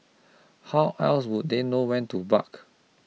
how else would they know when to bark